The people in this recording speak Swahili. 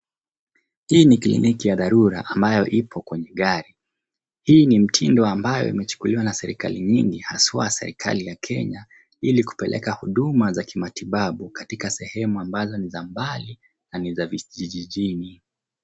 Hii ni kliniki ya dharura ambayo ipo kwenye gari. Hii ni mtindo ambayo imechukuliwa na serikali nyingi haswa serikali la Kenya ili kupeleka huduma za kimatibabu katika sehemu ambazo ni za mbali na ni za vijijini.